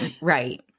right